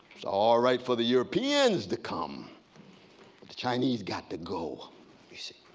it's alright for the europeans to come, but the chinese got to go we said.